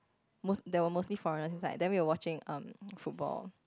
most there were mostly foreigners inside then we were watching um football